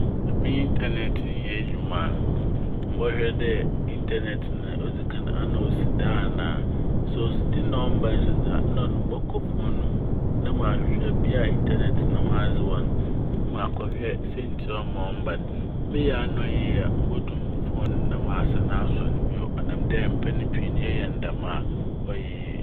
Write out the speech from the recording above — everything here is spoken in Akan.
Sɛ me "internet" nnyɛ edwuma a mobɔhwɛ dɛ "internet" no odzikan, ana osi do anaa. Sɛ osi do a na ɔmmba so dze a nna ɔno mobɔkɔ fone no mu na mahwehwɛ bea a "internet" no ho adze n' wɔ n' na makɔhwɛ siantsir a ɔmma ɔmmba n'. Meyɛ aa na ɔnnyɛ yie a modum fone no na masan asɔ n' ne bio. Ɔnam dɛ mpɛn pii no yɛyɛ ne dɛm a ɔyɛ yie.